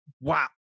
wow